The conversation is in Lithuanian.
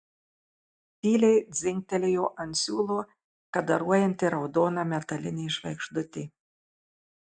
tyliai dzingtelėjo ant siūlo kadaruojanti raudona metalinė žvaigždutė